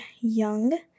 young